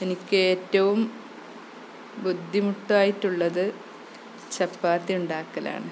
എനിക്കേറ്റവും ബുദ്ധിമുട്ടായിട്ടുള്ളത് ചപ്പാത്തി ഉണ്ടാക്കലാണ്